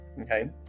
okay